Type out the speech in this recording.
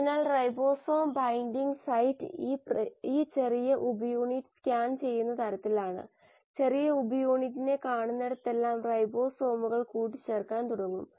അതിനാൽ ribosome binding site ഈ ചെറിയ ഉപയൂണിറ്റ് സ്കാൻ ചെയ്യുന്ന തരത്തിലാണ് ചെറിയ ഉപയൂണിറ്റിനെ കാണുന്നിടത്തെല്ലാം റൈബോസോമുകൾ കൂട്ടിച്ചേർക്കാൻ തുടങ്ങും